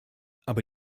aber